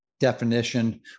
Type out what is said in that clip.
Definition